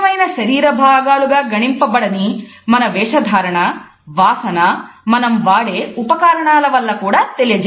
ఈ విపరీతమైన పోటీతత్వపు వృత్తులలో బాడీ లాంగ్వేజ్ అనేది చాలా ముఖ్యంగా మారిందన్న విషయాన్ని మనం గమనించవచ్చు